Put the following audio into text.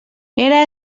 era